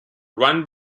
run